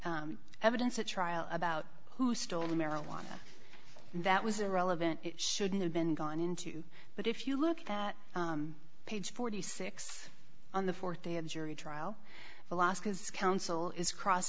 the evidence at trial about who stole the marijuana that was irrelevant shouldn't have been gone into but if you look at that page forty six on the fourth day of jury trial alaska's counsel is cross